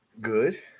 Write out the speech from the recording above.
Good